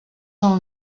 són